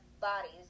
bodies